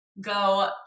go